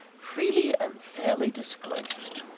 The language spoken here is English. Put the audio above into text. freely and fairly disclosed!